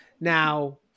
Now